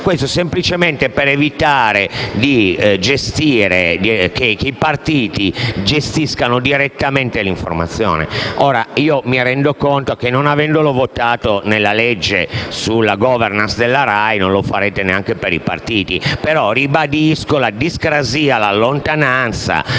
Questo semplicemente per evitare che i partiti gestiscano direttamente l'informazione. Mi rendo conto che non avendolo votato nella legge sulla *governance* della RAI, non lo farete neanche in questa, ribadisco però la discrasia, la lontananza,